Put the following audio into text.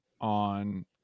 on